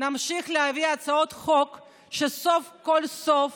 נמשיך להביא הצעות חוק שסוף כל סוף